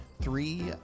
three